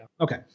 Okay